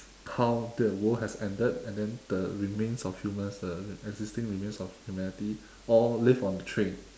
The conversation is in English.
how the world has ended and then the remains of humans uh existing remains of humanity all live on the train